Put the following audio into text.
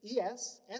ES